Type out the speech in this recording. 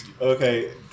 okay